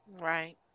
Right